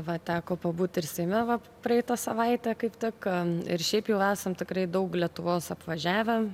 va teko pabūt ir seime va praeitą savaitę kaip tik ir šiaip jau esam tikrai daug lietuvos apvažiavę